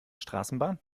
straßenbahn